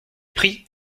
pris